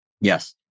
Yes